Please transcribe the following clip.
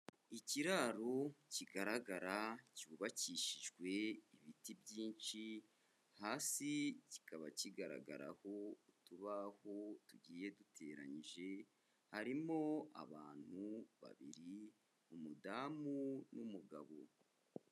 Ikiraro kigaragara cyubakishijwe ibiti byinshi, hasi kikaba kigaragaraho utubaho tugiye duteranyije, harimo abantu babiri, umudamu n'umugabo.